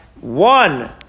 one